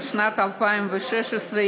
שנת 2016,